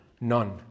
none